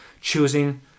choosing